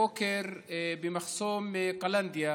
הבוקר במחסום קלנדיה